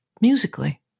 musically